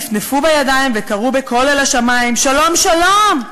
נפנפו בידיים וקראו בקול אל השמים: שלום שלום,